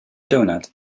doughnut